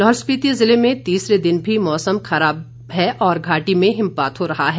लाहौल स्पीति जिले में तीसरे दिन भी मौसम खराब है और घाटी में हिमपात हो रहा है